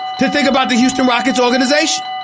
to think about the houston rockets organization